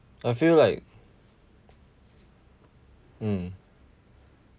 I feel like mm